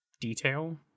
detail